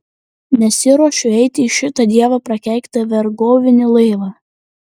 nesiruošiu eiti į šitą dievo prakeiktą vergovinį laivą